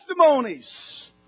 Testimonies